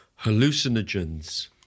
Hallucinogens